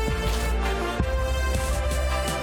סדר-היום.